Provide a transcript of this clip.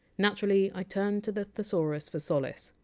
naturally i turned to the thesaurus for solace.